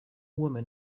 women